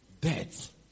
death